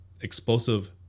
explosive